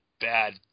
bad